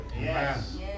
Yes